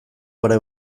pare